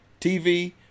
TV